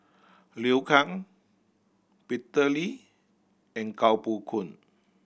Liu Kang Peter Lee and Kuo Pao Kun